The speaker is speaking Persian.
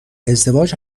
ازدواج